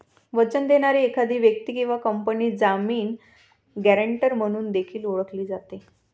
वचन देणारी एखादी व्यक्ती किंवा कंपनी जामीन, गॅरेंटर म्हणून देखील ओळखली जाते